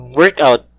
workout